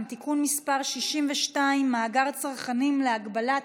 (תיקון מס' 62) (מאגר צרכנים להגבלת